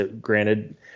Granted